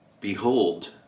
Behold